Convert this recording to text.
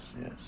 yes